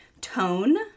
Tone